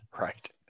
Right